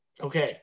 Okay